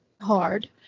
hard